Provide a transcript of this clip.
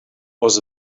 was